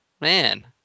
Man